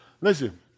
Listen